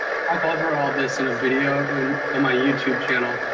i'll cover all this in a video in my youtube channel,